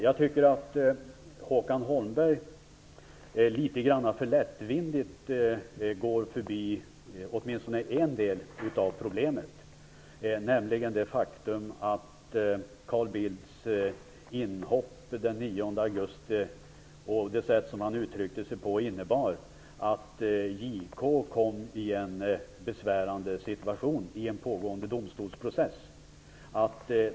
Jag tycker att Håkan Holmberg litet för lättvindigt går förbi åtminstone en del av problemet, nämligen det faktum att Carl Bildts inhopp den 9 augusti och det sätt som han uttryckte sig på innebar att JK kom i en besvärlig situation i en pågående domstolsprocess.